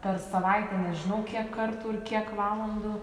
per savaitę nežinau kiek kartų ir kiek valandų